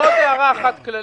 עוד הערה אחת כללית.